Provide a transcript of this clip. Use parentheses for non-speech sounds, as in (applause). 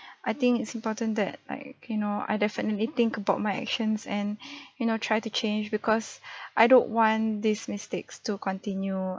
(breath) I think it's important that like you know I definitely think about my actions and (breath) you know try to change because (breath) I don't want these mistakes to continue